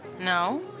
No